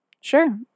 Sure